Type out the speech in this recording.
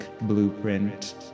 blueprint